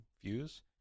views